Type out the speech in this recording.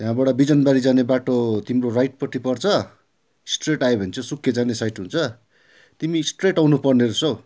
त्यहाँबाट बिजनबारी जाने बाटो तिम्रो राइटपट्टि पर्छ स्ट्रेट आयो भने चाहिँ सुकिया जाने साइट हुन्छ तिमी स्ट्रेट आउनु पर्ने रहेछ हो